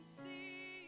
see